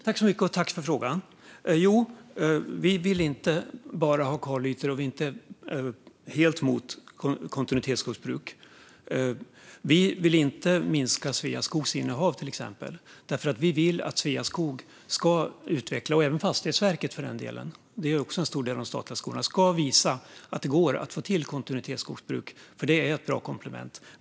Fru talman! Jag tackar för frågan. Vi vill inte bara ha kalytor, och vi är inte helt mot kontinuitetsskogsbruk. Vi vill till exempel inte minska Sveaskogs innehav eftersom vi vill att Sveaskog, och även Fastighetsverket, ska visa att det går att få till kontinuitetsskogsbruk. Det är ett bra komplement.